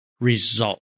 result